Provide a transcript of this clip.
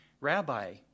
Rabbi